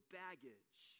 baggage